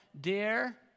Dear